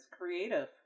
creative